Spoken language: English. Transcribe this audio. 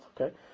Okay